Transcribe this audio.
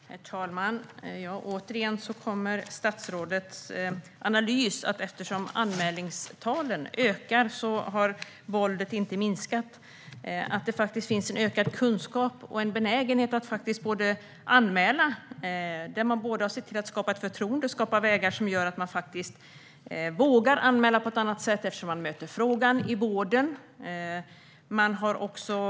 Herr talman! Återigen är statsrådets analys att eftersom anmälningstalen ökar har våldet inte minskat. Det finns faktiskt en ökad kunskap och en benägenhet att anmäla. Det gäller att skapa ett förtroende och skapa vägar där man vågar anmäla på ett annat sätt eftersom bemötandet i vården har förbättrats.